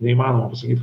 neįmanoma pasakyt